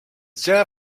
sehr